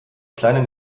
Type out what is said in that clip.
kleinen